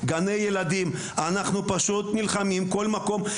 גני ילדים אנחנו פשוט נלחמים כל מקום,